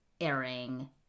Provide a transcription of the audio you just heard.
airing